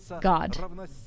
God